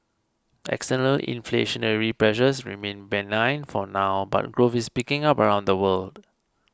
external inflationary pressures remain benign for now but growth is picking up around the world